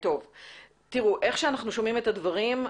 כשאנחנו שומעים את הדברים,